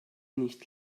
nicht